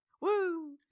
Woo